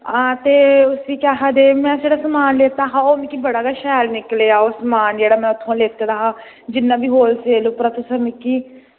ते केह् आक्खदे इंया ओह् समान लैता हा ते ओह् बड़ा गै शैल निकलेआ समान ओह् जेह्ड़ा में इत्थां लैता हा ते जिन्ना बी होलसेल उप्परा तुसें मिगी